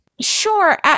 Sure